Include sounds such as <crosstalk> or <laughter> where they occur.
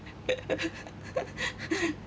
<laughs>